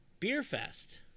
Beerfest